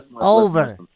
Over